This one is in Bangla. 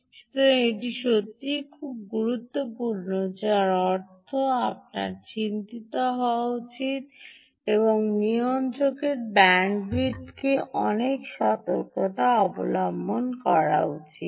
সুতরাং এটি সত্যিই গুরুত্বপূর্ণ যার অর্থ আপনার চিন্তিত হওয়া উচিত এবং নিয়ন্ত্রকের ব্যান্ডউইথকে অনেক সতর্কতা অবলম্বন করা উচিত